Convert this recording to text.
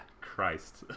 Christ